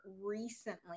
recently